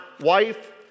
wife